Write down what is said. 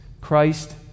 Christ